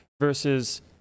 versus